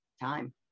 time